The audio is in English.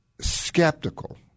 skeptical